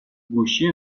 گوشی